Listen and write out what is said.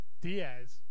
Diaz